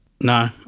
No